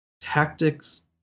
tactics